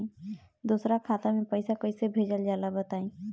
दोसरा खाता में पईसा कइसे भेजल जाला बताई?